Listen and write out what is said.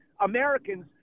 Americans